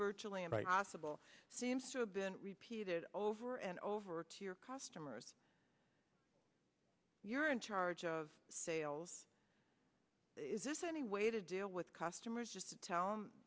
virtually impossible seems to have been repeated over and over to your customers you're in charge of sales is this any way to deal with customers just tell